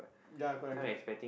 ya correct correct